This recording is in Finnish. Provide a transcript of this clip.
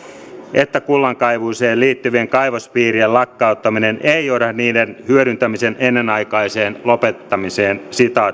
että kullankaivuuseen liittyvien kaivospiirien lakkauttaminen ei johda niiden hyödyntämisen ennenaikaiseen lopettamiseen